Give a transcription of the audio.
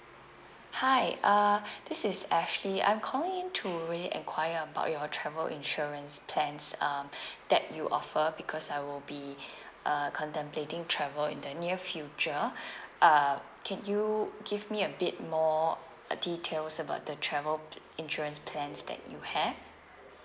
hi uh this is ashley I'm calling in to really enquire about your travel insurance plans um that you offer because I will be uh contemplating travel in the near future uh can you give me a bit more uh details about the travel p~ insurance plans that you have